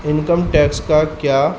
income tax کا کیا